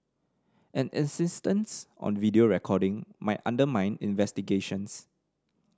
an insistence on video recording might undermine investigations